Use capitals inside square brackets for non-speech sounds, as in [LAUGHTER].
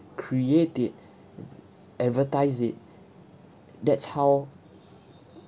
create it [BREATH] advertise it [BREATH] that's how